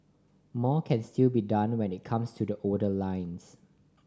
more can still be done when it comes to the older lines